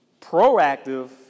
proactive